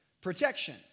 protection